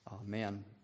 Amen